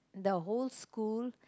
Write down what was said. the whole school